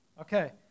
Okay